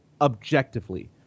objectively